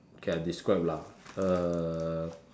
okay I describe lah